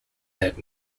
that